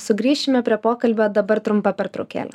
sugrįšime prie pokalbio dabar trumpa pertraukėlė